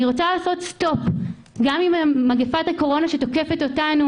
אני רוצה לעשות סטופ גם עם מגפת הקורונה שתוקפת אותנו